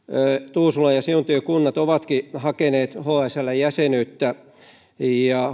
tuusulan ja siuntion kunnat ovatkin hakeneet hsln jäsenyyttä ja